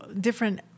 different